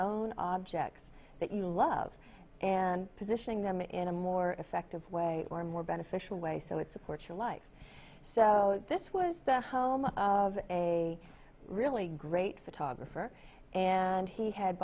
own objects that you love and positioning them in a more effective way or more beneficial way so it supports your life so this was the home of a really great photographer and he had